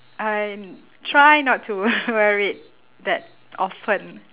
I try not to wear it that often